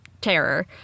terror